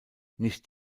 nicht